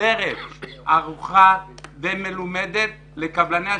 מוסדרת ערוכה ומלומדת לקבלני השיפוצים.